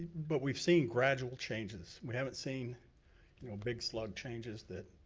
but we've seen gradual changes. we haven't seen you know big slug changes that